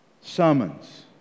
summons